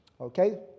Okay